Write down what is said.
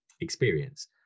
experience